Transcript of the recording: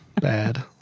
bad